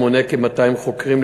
המונה כ-200 חוקרים,